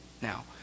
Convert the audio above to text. Now